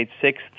sixth